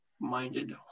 minded